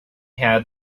had